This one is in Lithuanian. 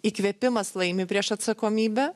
įkvėpimas laimi prieš atsakomybę